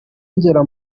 ngera